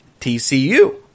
TCU